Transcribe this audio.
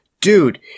dude